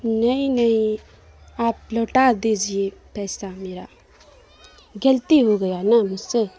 نہیں نہیں آپ لوٹا دیجیے پیسہ میرا غلتی ہو گیا نا مجھ سے